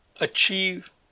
achieve